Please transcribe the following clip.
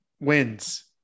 wins